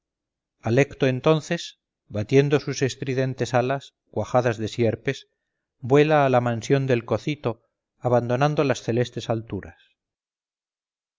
alecto entonces batiendo sus estridentes alas cuajadas de sierpes vuela a la mansión del cocito abandonando las celestes alturas